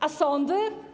A sądy?